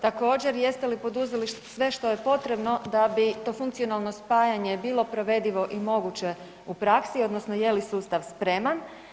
Također jeste li poduzeli sve što je potrebno da bi to funkcionalno spajanje bilo provedivo i moguće u praksi odnosno je li sustav spreman?